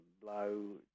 blow